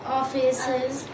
offices